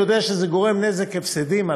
אני יודע שזה גורם נזק והפסדים,